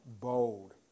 bold